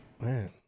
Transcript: Man